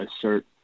assert